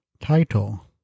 title